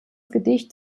gedicht